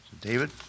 David